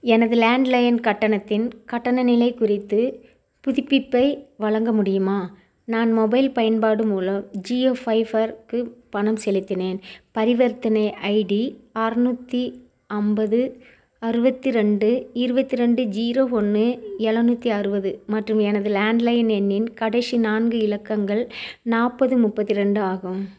எனது லேண்ட்லைன் கட்டணத்தின் கட்டண நிலை குறித்து புதுப்பிப்பை வழங்க முடியுமா நான் மொபைல் பயன்பாடு மூலம் ஜியோ ஃபைஃபர் க்கு பணம் செலுத்தினேன் பரிவர்த்தனை ஐடி அறநூற்றி ஐம்பது அறுபத்தி ரெண்டு இருபத்ரெண்டு ஜீரோ ஒன்று எழுநூத்தி அறுபது மற்றும் எனது லேண்ட்லைன் எண்ணின் கடைசி நான்கு இலக்கங்கள் நாற்பது முப்பத்தி ரெண்டு ஆகும்